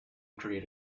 create